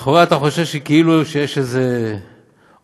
לכאורה, אתה חושב כאילו יש איזה עודפים.